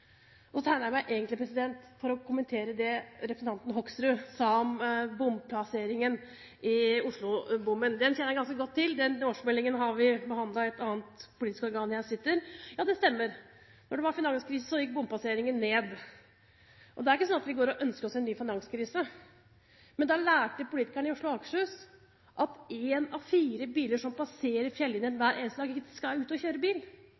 jeg meg egentlig for å kommentere det representanten Hoksrud sa om bompasseringen i Oslo-bommen. Den kjenner jeg ganske godt til. Den årsmeldingen har vi behandlet i et annet politisk organ jeg sitter i. Ja, det stemmer: Da det var finanskrise, gikk bompasseringene ned. Det er ikke sånn at vi går og ønsker oss en ny finanskrise, men da lærte politikerne i Oslo og Akershus at én av fire biler som passerer Fjellinjen hver eneste dag, egentlig ikke må ut og kjøre bil.